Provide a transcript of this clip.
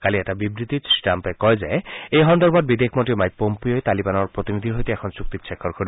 কালি এটা বিবৃত্তি শ্ৰীটাম্পে কয় যে এই সন্দৰ্ভত বিদেশ মন্নী মাইক পম্পীঅই তালিবানৰ প্ৰতিনিধিৰ সৈতে এখন চুক্তিত স্বাক্ষৰ কৰিব